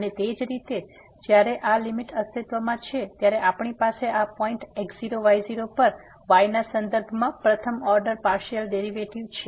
અને તે જ રીતે જ્યારે આ લીમીટ અસ્તિત્વમાં છે ત્યારે આપણી પાસે આ પોઈન્ટ x0 y0 પર y ના સંદર્ભમાં પ્રથમ ઓર્ડર પાર્સીઅલ ડેરીવેટીવ છે